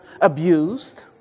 abused